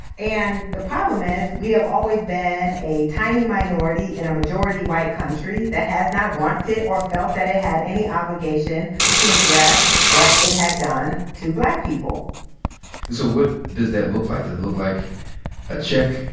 and the problem is we have always been a tiny minority in a majority white country that has not wanted or felt that it has any obligation to address what it had done to black people. and so what does that look like? does it look like a check?